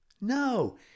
No